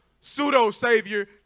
pseudo-savior